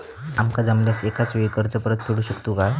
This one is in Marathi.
आमका जमल्यास एकाच वेळी कर्ज परत फेडू शकतू काय?